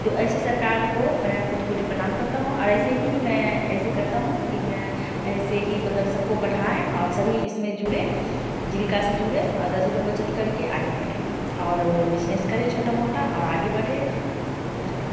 तो ऐसी सरकार को मैं कोटी कोटी प्रणाम करती हूँ और ऐसे ही मैं ऐसे कहती हूँ कि मैं ऐसे ही मतलब सब को बढ़ाए और सभी इस में जुड़ें जीविका से जुड़ें दस रुपये बचत कर के आगे बढ़ें और बिजनेस करें छोटा मोटा और आगे बढ़ें धन्यवाद